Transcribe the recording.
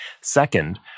Second